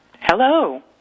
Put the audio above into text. Hello